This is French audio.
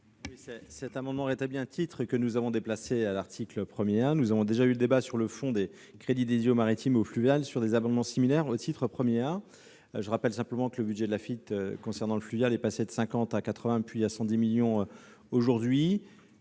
Cet amendement tend à rétablir un titre que nous avons déplacé à l'article 1 A. Nous avons déjà eu le débat sur le fond des crédits dédiés au maritime et au fluvial sur des amendements similaires au titre I A. Je rappelle que le budget de l'Afitf concernant le fluvial est passé de 50 millions à 80 millions d'euros,